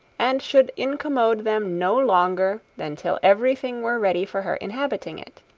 and should incommode them no longer than till every thing were ready for her inhabiting it.